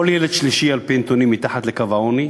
כל ילד שלישי, על-פי הנתונים, מתחת לקו העוני.